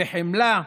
בחמלה,